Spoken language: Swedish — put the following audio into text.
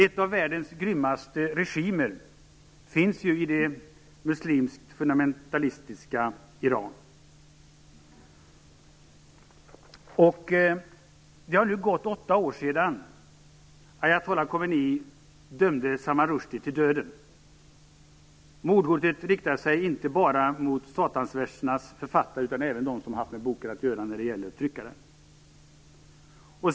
En av världens grymmaste regimer finns ju i det muslimskt fundamentalistiska Iran. Det har nu gått åtta år sedan ayatolla Khomeiny dömde Salman Rushdie till döden. Mordhotet riktar sig inte bara mot Satansversernas författare utan även mot dem som haft med boken att göra när det gäller att trycka den.